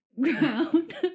ground